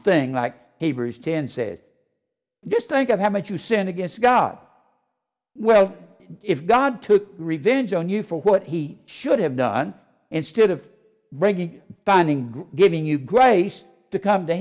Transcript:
thing like he was ten says just think of how much you sinned against god well if god took revenge on you for what he should have done instead of bringing finding giving you grace to come to